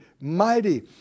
mighty